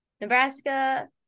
Nebraska